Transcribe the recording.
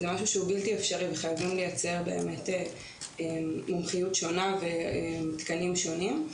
זה משהו שהוא בלתי אפשרי וחייבים לייצר באמת מומחיות שונה ותקנים שונים.